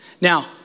Now